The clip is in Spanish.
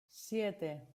siete